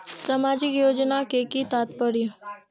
सामाजिक योजना के कि तात्पर्य?